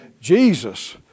Jesus